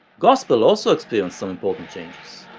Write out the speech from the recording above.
gospel also experienced some important changes.